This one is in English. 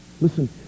Listen